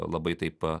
labai taip